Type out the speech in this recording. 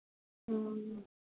हाँ